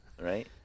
Right